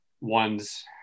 ones